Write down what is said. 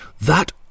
That